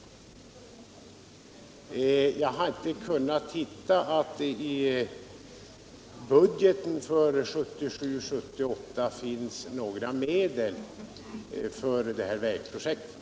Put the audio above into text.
Jag har inte kunnat finna att det i budgeten för 1977/78 finns några medel för det här vägprojektet.